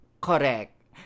Correct